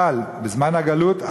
אבל בזמן הגלות,